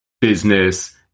business